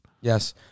Yes